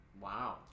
wow